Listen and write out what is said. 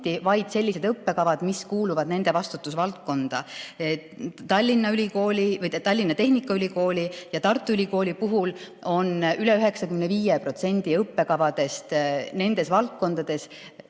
vaid sellised õppekavad, mis kuuluvad nende vastutusvaldkonda. Tallinna Tehnikaülikoolis ja Tartu Ülikoolis on üle 95% õppekavadest nendes valdkondades,